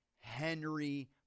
Henry